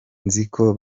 nziko